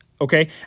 okay